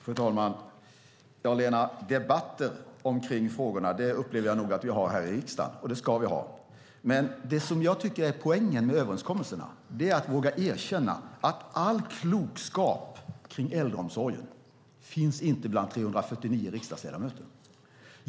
Fru talman! Debatten kring frågorna, Lena Hallengren, upplever jag nog att vi har här i riksdagen, och det ska vi ha. Men det som jag tycker är poängen med överenskommelserna är att våga erkänna att all klokskap kring äldreomsorgen inte finns bland 349 riksdagsledamöter.